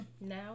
Now